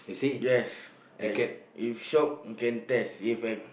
yes at if shop you can test if at